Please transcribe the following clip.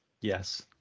Yes